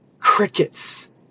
Crickets